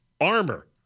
armor